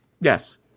Yes